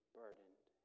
burdened